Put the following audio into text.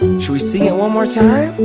should we sing it one more time?